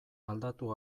aldatu